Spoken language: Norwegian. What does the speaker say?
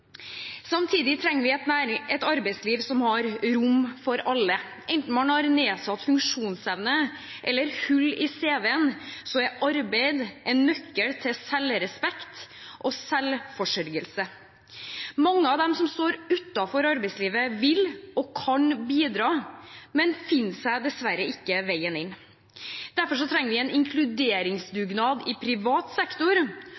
Samtidig trenger vi et arbeidsliv som har rom for alle. Enten man har nedsatt funksjonsevne eller hull i CV-en, er arbeid en nøkkel til selvrespekt og selvforsørgelse. Mange av dem som står utenfor arbeidslivet, vil og kan bidra, men finner dessverre ikke veien inn. Derfor trenger vi en